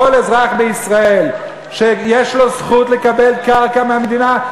כל אזרח בישראל שיש לו זכות לקבל קרקע מהמדינה.